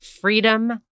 freedom